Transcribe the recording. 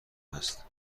هست